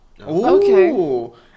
Okay